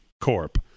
Corp